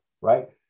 right